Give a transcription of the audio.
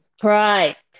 christ